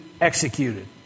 executed